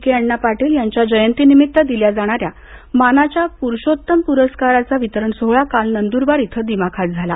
के अण्णा पाटील यांच्या जयंती निमित्त दिल्या जाणाऱ्या मानाच्या पुरुषोत्तम पुरस्काराचा वितरण सोहळा काल नंदुरबार इथं दिमाखात झाला